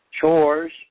chores